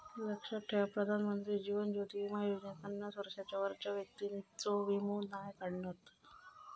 लक्षात ठेवा प्रधानमंत्री जीवन ज्योति बीमा योजनेत पन्नास वर्षांच्या वरच्या व्यक्तिंचो वीमो नाय काढणत